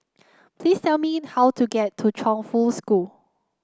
please tell me how to get to Chongfu School